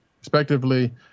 respectively